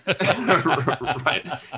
right